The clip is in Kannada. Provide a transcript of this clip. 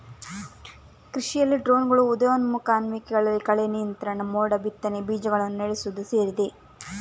ಕೃಷಿಯಲ್ಲಿ ಡ್ರೋನುಗಳ ಉದಯೋನ್ಮುಖ ಅನ್ವಯಿಕೆಗಳಲ್ಲಿ ಕಳೆ ನಿಯಂತ್ರಣ, ಮೋಡ ಬಿತ್ತನೆ, ಬೀಜಗಳನ್ನು ನೆಡುವುದು ಸೇರಿದೆ